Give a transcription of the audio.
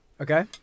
Okay